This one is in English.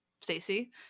Stacey